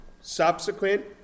subsequent